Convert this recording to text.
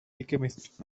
alchemist